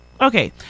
Okay